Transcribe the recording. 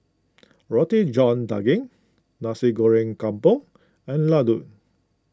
Roti John Daging Nasi Goreng Kampung and Laddu